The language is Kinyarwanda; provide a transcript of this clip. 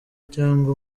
cyangwa